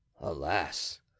Alas